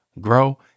grow